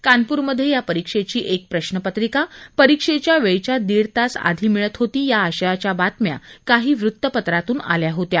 कानपूर मधे या परिक्षेची एक प्रश्नपत्रिका परिक्षेच्या वेळेच्या दीड तास आधी मिळत होती या आशयाच्या बातम्या काही वृत्तपत्रातून आल्या होत्या